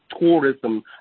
tourism